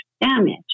damage